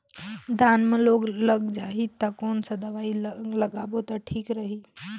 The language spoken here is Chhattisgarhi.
धान म रोग लग जाही ता कोन सा दवाई लगाबो ता ठीक रही?